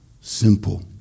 simple